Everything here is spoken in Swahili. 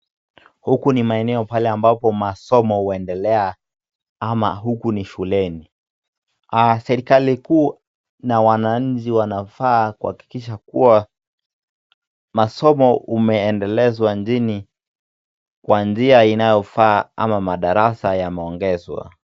Huku ni maeneo pale ambapo masomo huendelea ama huku ni shuleni. Serikali kuu na wananchi wanafaa kuhakikisha kua masomo umeendelezwa nchini kwa njia inayofaa ama madarasa yameongezwa.